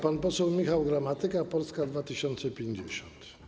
Pan poseł Michał Gramatyka, Polska 2050.